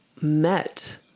met